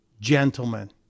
gentlemen